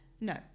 No